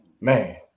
Man